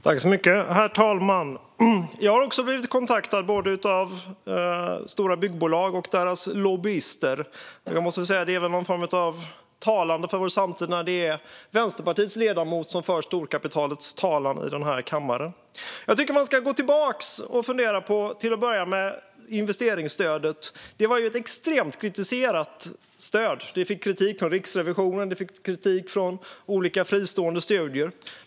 Herr talman! Jag har också blivit kontaktad av både stora byggbolag och deras lobbyister. Det är på något sätt talande för vår samtid när det är Vänsterpartiets ledamot som för storkapitalets talan i den här kammaren. Jag tycker att man ska gå tillbaka och fundera på investeringsstödet. Det var ett extremt kritiserat stöd. Det fick kritik av Riksrevisionen och från olika fristående studier.